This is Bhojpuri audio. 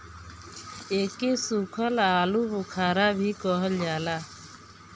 एके सुखल आलूबुखारा भी कहल जाला